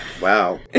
Wow